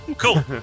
Cool